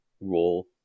role